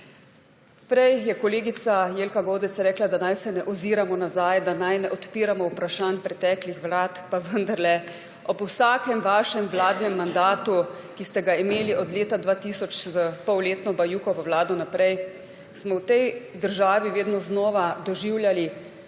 Prej je kolegica Jelka Godec rekla, da naj se ne oziramo nazaj, da naj ne odpiramo vprašanj preteklih vlad, pa vendarle. Ob vsakem vašem vladnem mandatu, ki ste ga imeli od leta 2000, s polletno Bajukovo vlado, smo v tej državi vedno znova doživljali